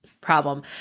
problem